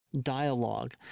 dialogue